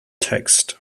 text